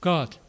God